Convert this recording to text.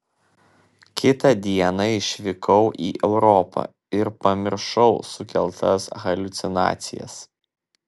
kitą dieną išvykau į europą ir pamiršau sukeltas haliucinacijas